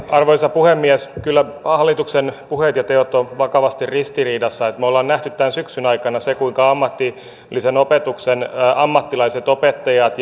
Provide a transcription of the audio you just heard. arvoisa puhemies kyllä maan hallituksen puheet ja teot ovat vakavasti ristiriidassa me olemme nähneet tämän syksyn aikana sen kuinka ammatillisen opetuksen ammattilaiset opettajat